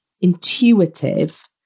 intuitive